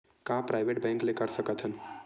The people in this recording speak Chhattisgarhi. का प्राइवेट बैंक ले कर सकत हन?